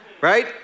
right